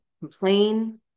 complain